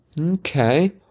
Okay